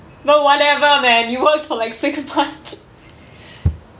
but whatever man you worked for like six months